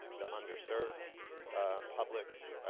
the underserved publics,